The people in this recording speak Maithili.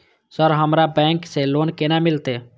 सर हमरा बैंक से लोन केना मिलते?